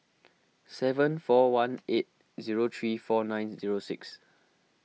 seven four one eight zero three four nine zero six